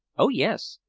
oh, yes.